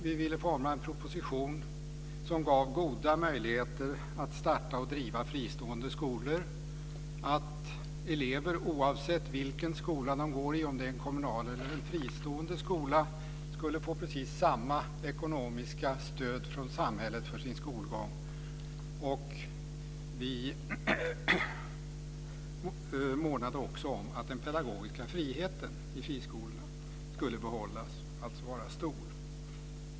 Vi ville forma en proposition som gav goda möjligheter att starta och driva fristående skolor. Oavsett vilken skola som elever gick i, en kommunal eller en fristående skola, skulle de få precis samma ekonomiska stöd från samhället för sin skolgång. Vi månade också om att den pedagogiska friheten i friskolorna skulle behållas, dvs. att den skulle vara stor.